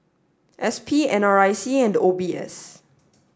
S P N R I C and O B S